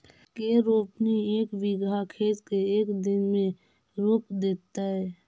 के रोपनी एक बिघा खेत के एक दिन में रोप देतै?